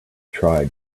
tried